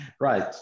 right